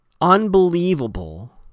unbelievable